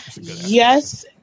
yes